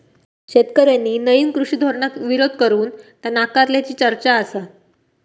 शेतकऱ्यांनी नईन कृषी धोरणाक विरोध करून ता नाकारल्याची चर्चा आसा